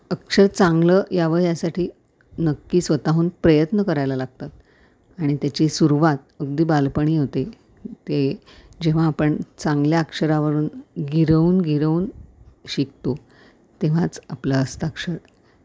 अक्षर चांगलं यावं यासाठी नक्की स्वतःहून प्रयत्न करायला लागतात आणि त्याची सुरुवात अगदी बालपणी होते ते जेव्हा आपण चांगल्या अक्षरावरून गिरवून गिरवून शिकतो तेव्हाच आपलं हस्ताक्षर